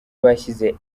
bashyize